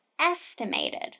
estimated